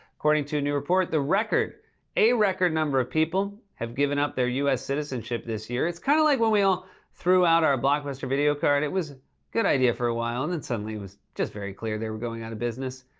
according to a new report, the record a record number of people have given up their u s. citizenship this year. it's kinda like when we all threw out our blockbuster video card. it was a good idea for a while, and then suddenly, it was just very clear they were going out of business.